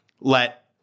let